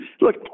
look